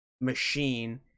machine